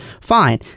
Fine